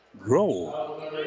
Grow